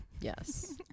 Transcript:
Yes